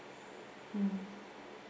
mm